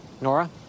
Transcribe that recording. Nora